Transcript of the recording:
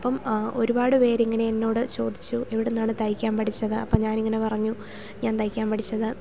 അപ്പം ഒരുപാട് പേര് ഇങ്ങനെ എന്നോട് ചോദിച്ചു എവിടെ നിന്നാണ് തയ്ക്കാൻ പഠിച്ചത് അപ്പം ഞാൻ ഇങ്ങനെ പറഞ്ഞു ഞാൻ തയ്ക്കാൻ പഠിച്ചത്